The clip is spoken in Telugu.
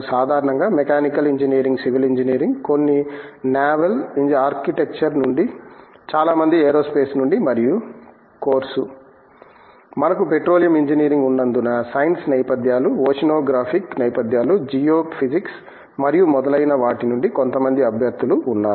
సాధారణంగా మెకానికల్ ఇంజనీరింగ్ సివిల్ ఇంజనీరింగ్ కొన్ని నావల్ ఆర్కిటెక్చర్ నుండి చాలా మంది ఏరోస్పేస్ నుండి మరియు కోర్సు మనకు పెట్రోలియం ఇంజనీరింగ్ ఉన్నందున సైన్స్ నేపథ్యాలు ఓషినోగ్రాఫిక్ నేపథ్యాలు జియోఫిజిక్స్ మరియు మొదలైన వాటి నుండి కొంత మంది అభ్యర్థులు ఉన్నారు